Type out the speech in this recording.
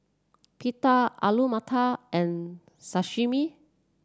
Pita Alu Matar and Sashimi